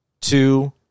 two